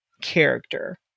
character